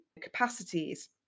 capacities